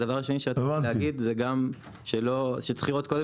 הדבר השני שרציתי להגיד זה גם שצריך לראות קודם